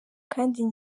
kandi